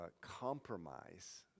compromise